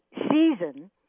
season